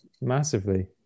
Massively